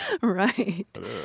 Right